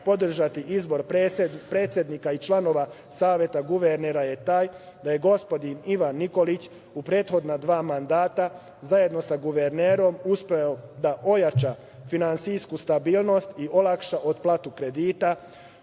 podržati izbor predsednika i članova Saveta guvernera je taj da je gospodin Ivan Nikolić u prethodna dva mandata, zajedno sa guvernerom, uspeo da ojača finansijsku stabilnost i olaška otplatu kredita.